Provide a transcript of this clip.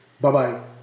Bye-bye